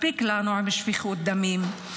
מספיק לנו עם שפיכות דמים,